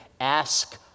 ask